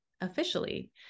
officially